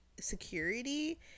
security